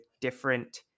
different